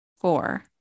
four